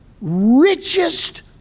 richest